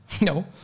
No